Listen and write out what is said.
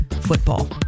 football